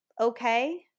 okay